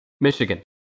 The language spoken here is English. Michigan